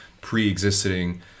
pre-existing